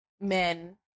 men